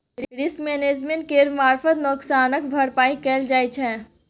risk management केर मारफत नोकसानक भरपाइ कएल जाइ छै